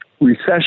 recession